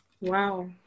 Wow